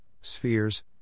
spheres